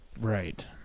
right